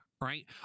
right